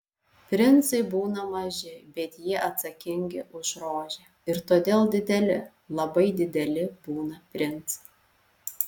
princai būna maži bet jie atsakingi už rožę ir todėl dideli labai dideli būna princai